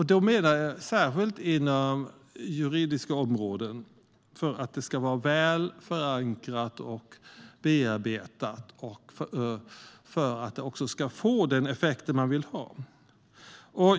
Jag menar särskilt inom juridiska områden så att frågorna ska vara väl förankrade och bearbetade för att få den effekt vi vill ha.